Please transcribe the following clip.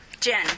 Jen